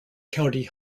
county